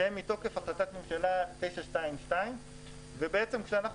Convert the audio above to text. שהם מתוקף החלטת ממשלה 922. כשאנחנו